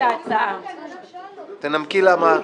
תנמקי למה.